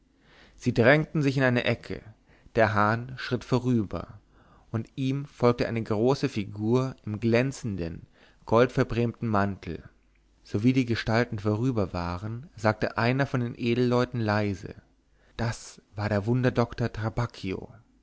sie drängten sich in eine ecke der hahn schritt vorüber und ihm folgte eine große figur im glänzenden goldverbrämten mantel sowie die gestalten vorüber waren sagte einer von den edelleuten leise das war der